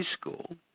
school